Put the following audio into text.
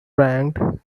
ranked